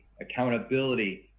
accountability